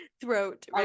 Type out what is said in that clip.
throat